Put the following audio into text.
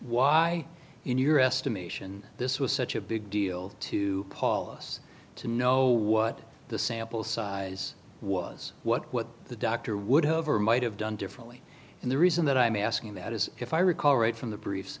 in your estimation this was such a big deal to paulus to know what the sample size was what the doctor would have or might have done differently and the reason that i'm asking that is if i recall right from the br